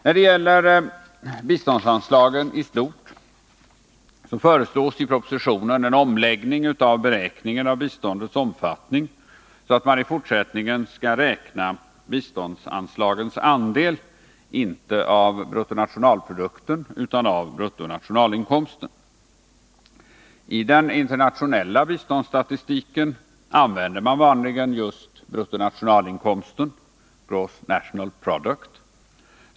När det gäller biståndsanslagen i stort föreslås i propositionen en omläggning av beräkningen av biståndets omfattning så att man i fortsättningen skall räkna biståndsanslagens andel inte av bruttonationalprodukten utan av bruttonationalinkomsten. I den internationella biståndsstatistiken använder man vanligen just bruttonationalinkomsten — gross national income —-?